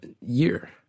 year